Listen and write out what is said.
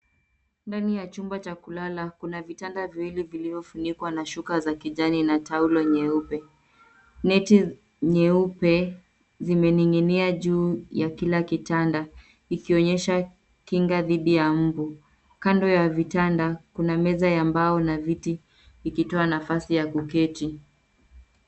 Ndani ya chumba cha kulala kuna vitanda viwili vilivyofunikwa na shuka za kijani na taulo nyeupe. Net nyeupe zimening'inia juu ya kila kitanda zikionyesha kinga dhidi ya mbu. Kando ya vitanda kuna meza ya mbao na viti vikitoa nafasi ya kuketi.